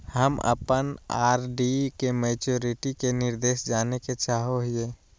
हम अप्पन आर.डी के मैचुरीटी के निर्देश जाने के चाहो हिअइ